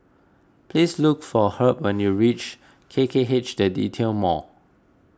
please look for Herb when you reach K K H the Retail Mall